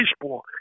baseball